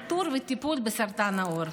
איתור וטיפול בסרטן העור.